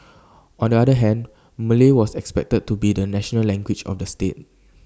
on the other hand Malay was expected to be the national language of the state